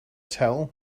tell